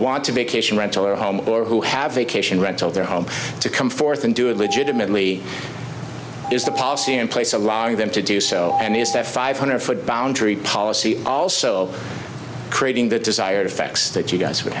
want to be a case in rental or home or who have vacation rental at their home to come forth and do it legitimately is the policy in place allowing them to do so and use that five hundred foot boundary policy also creating the desired effects that you guys would